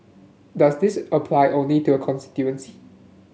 does this apply only to her constituency